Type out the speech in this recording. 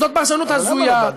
זאת פרשנות הזויה.